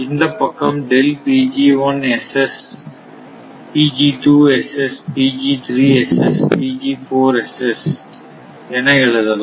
இந்தப் பக்கம் என எழுதலாம்